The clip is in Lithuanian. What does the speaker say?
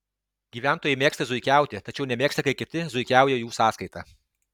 gyventojai mėgsta zuikiauti tačiau nemėgsta kai kiti zuikiauja jų sąskaita